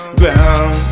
ground